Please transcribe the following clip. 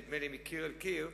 נדמה לי מקיר לקיר,